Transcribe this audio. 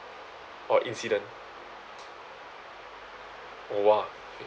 or incident !wah!